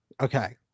Okay